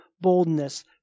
boldness